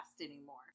anymore